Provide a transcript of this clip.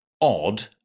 odd